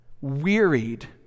wearied